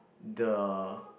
the